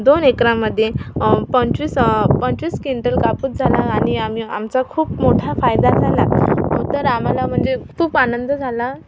दोन एकरांमध्ये पंचवीस पंचवीस किंटल कापूस झाला आणि आम्ही आमचा खूप मोठा फायदा झाला तर आम्हाला म्हणजे खूप आनंद झाला